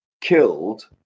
killed